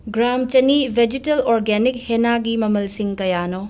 gram ꯆꯅꯤ ꯕꯦꯖꯤꯇꯦꯜ organic ꯍꯦꯟꯅꯥꯒꯤ ꯃꯃꯜꯁꯤꯡ ꯀꯌꯥꯅꯣ